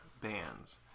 bands